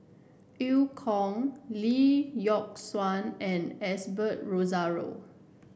Eu Kong Lee Yock Suan and Osbert Rozario